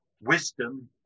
Wisdom